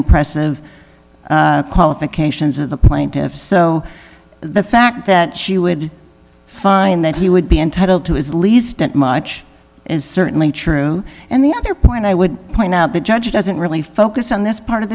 impressive qualifications of the plaintiffs so the fact that she would find that he would be entitled to his least didn't much is certainly true and the other point i would point out the judge doesn't really focus on this part of